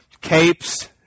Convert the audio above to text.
capes